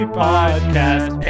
podcast